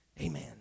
Amen